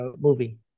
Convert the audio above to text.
movie